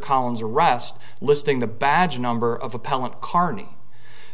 collins arrest listing the badge number of appellant carney